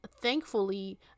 thankfully